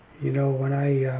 you know, when i,